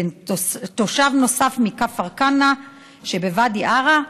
ותושב נוסף מכפר כנא שבוואדי ערה,